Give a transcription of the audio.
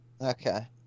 Okay